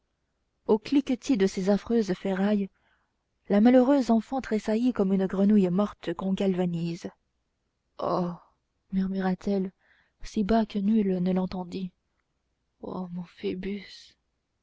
au cliquetis de ces affreuses ferrailles la malheureuse enfant tressaillit comme une grenouille morte qu'on galvanise oh murmura-t-elle si bas que nul ne l'entendit ô mon